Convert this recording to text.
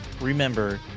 remember